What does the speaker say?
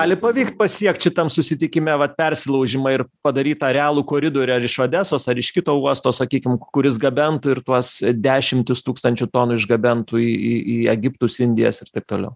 gali pavykt pasiekt šitam susitikime vat persilaužimą ir padaryt tą realų koridorių ar iš odesos ar iš kito uosto sakykim kuris gabentų ir tuos dešimtis tūkstančių tonų išgabentų į egiptus indijas ir taip toliau